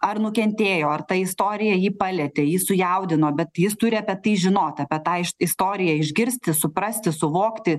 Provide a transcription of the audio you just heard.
ar nukentėjo ar ta istorija jį palietė jį sujaudino bet jis turi apie tai žinot apie tą istoriją išgirsti suprasti suvokti